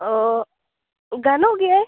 ᱚ ᱜᱟᱱᱚᱜ ᱜᱮᱭᱟ